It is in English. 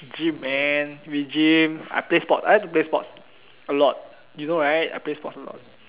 gym and we gym I play sport I like to play sport a lot you know right I like to play sport